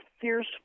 fierce